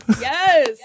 Yes